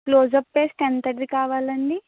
closeup paste ఎంతటిది కావాలండి